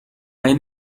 این